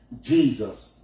Jesus